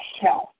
health